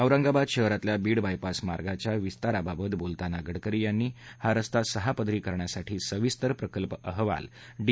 औरंगाबाद शहरातल्या बीड बायपास मार्गाच्या विस्ताराबाबत बोलतांना गडकरी यांनी हा रस्ता सहा पदरी करण्यासाठी सविस्तर प्रकल्प अहवाल डी